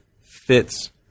fits